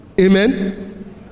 Amen